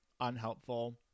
unhelpful